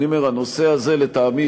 אתה יודע שהיינו לצדו של ראש הממשלה,